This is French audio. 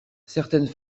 certaines